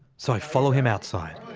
so i follow him outside.